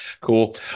Cool